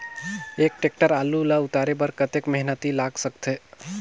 एक टेक्टर आलू ल उतारे बर कतेक मेहनती लाग सकथे?